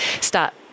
start